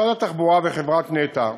משרד התחבורה וחברת נת"ע